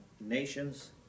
nations